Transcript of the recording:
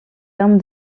armes